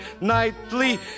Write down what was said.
nightly